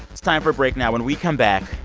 it's time for a break now. when we come back,